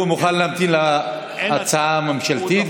הוא מוכן להמתין להצעה הממשלתית,